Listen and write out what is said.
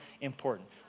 important